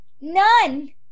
none